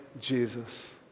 Jesus